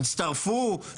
הצטרפו,